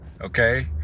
okay